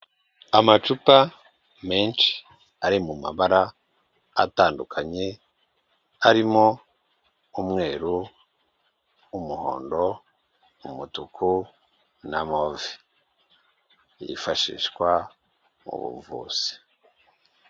Amacupa menshi ari mu mabara atandukanye harimo umweru, umuhondo, umutuku na move yifashishwa mu buvuzi.